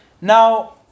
Now